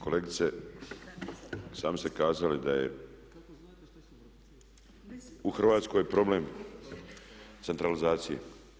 Kolegice sami ste kazali da je u Hrvatskoj problem centralizacija.